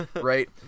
Right